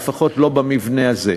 לפחות לא במבנה הזה.